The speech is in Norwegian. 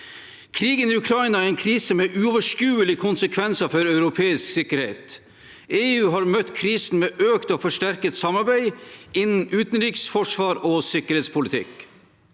Krigen i Ukraina er en krise med uoverskuelige konsekvenser for europeisk sikkerhet. EU har møtt krisen med økt og forsterket samarbeid innen utenriks-, forsvars- og sikkerhetspolitikk.